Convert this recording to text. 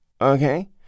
Okay